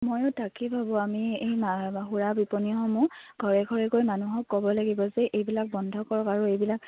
মইও তাকি ভাবোঁ আমি এই সুৰা বিপণীসমূহ ঘৰে ঘৰে গৈ মানুহক ক'ব লাগিব যে এইবিলাক বন্ধ কৰক আৰু এইবিলাক